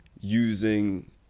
using